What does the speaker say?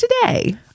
today